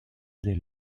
dès